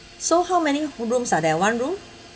so how many rooms are there one room